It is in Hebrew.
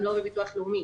גם לא בביטוח לאומי.